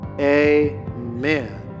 Amen